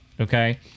okay